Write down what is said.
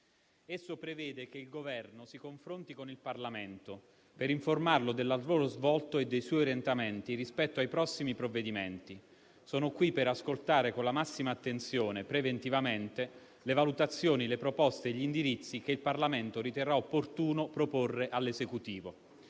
Esso prevede che il Governo si confronti con il Parlamento per informarlo del lavoro svolto e dei suoi orientamenti rispetto ai prossimi provvedimenti. Sono qui per ascoltare con la massima attenzione e preventivamente le valutazioni, le proposte e gli indirizzi che il Parlamento riterrà opportuno proporre all'Esecutivo.